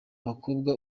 umukobwa